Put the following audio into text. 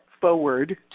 forward